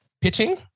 Pitching